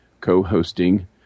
co-hosting